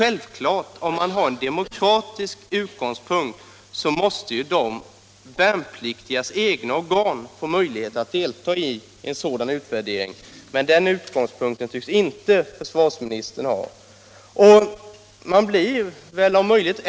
Än mer förvånande är det då att de av de värnpliktiga valda organen inte kommer att ges möjlighet att delta i en sådan utvärdering. Om man har en demokratisk utgångspunkt borde detta vara en självklarhet, men en sådan utgångspunkt tycks inte försvarsministern ha.